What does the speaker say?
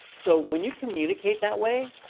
so when you communicate that way,